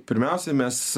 pirmiausia mes